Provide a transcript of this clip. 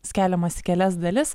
skeliamas į kelias dalis